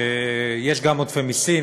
יש גם עודפי מסים,